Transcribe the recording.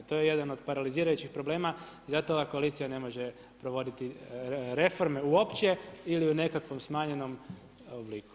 To je jedan od paralizirajućih problema, zato ova koalicija ne može provoditi reforme uopće ili u nekakvom smanjenom obliku.